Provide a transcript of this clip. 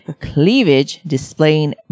cleavage-displaying